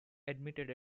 admitted